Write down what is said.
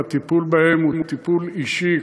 והטיפול בהן הוא טיפול אישי,